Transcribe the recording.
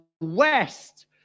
West